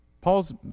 Paul's